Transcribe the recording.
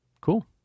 Cool